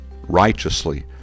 righteously